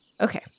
okay